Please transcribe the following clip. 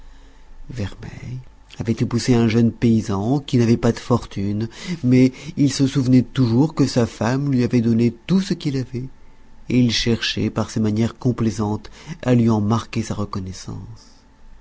vermeille avait épousé un jeune paysan qui n'avait pas de fortune mais il se souvenait toujours que sa femme lui avait donné tout ce qu'il avait et il cherchait par ses manières complaisantes à lui en marquer sa reconnaissance